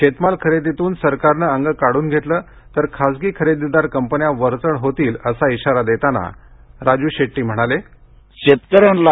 शेतमाल खरेदीतून सरकारनं अंग काढून घेतलं तर खासगी खरेदीदार कंपन्या वरचढ होतील असा इशारा देताना खासदार राजू शेट्टी यांनी दिला